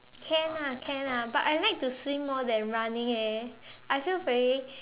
can ah can ah but I like to swim more than running eh I feel very